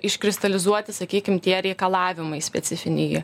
iškristalizuoti sakykim tie reikalavimai specifiniai